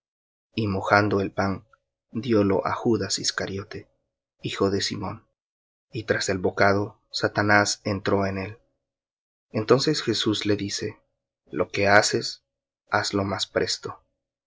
y mojando el pan diólo á judas iscariote de simón y tras el bocado satanás entró en él entonces jesús le dice lo que haces haz más presto